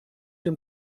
dem